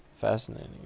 fascinating